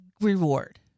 reward